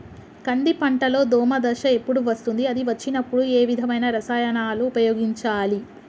కంది పంటలో దోమ దశ ఎప్పుడు వస్తుంది అది వచ్చినప్పుడు ఏ విధమైన రసాయనాలు ఉపయోగించాలి?